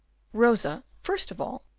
rosa, first of all,